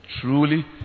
Truly